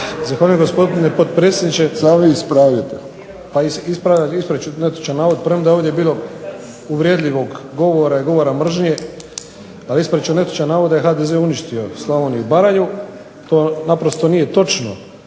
Zahvaljujem, gospodine potpredsjedniče. Pa ispravit